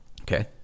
Okay